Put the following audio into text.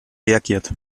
reagiert